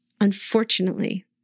unfortunately